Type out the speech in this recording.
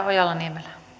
puhemies